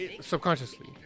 subconsciously